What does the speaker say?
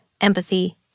empathy